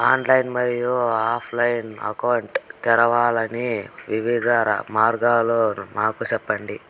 Online మరియు offline account తెరవడానికి వివిధ మార్గాలు మాకు సెప్పండి?